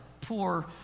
poor